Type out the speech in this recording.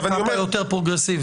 אתה פה יותר פרוגרסיבי.